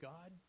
God